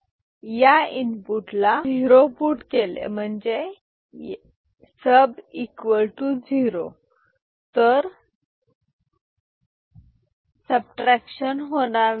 output A B म्हणजेच या input ला झिरो पुट केले तर सबट्रॅक्शन होणार नाही